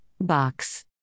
box